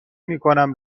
میکنم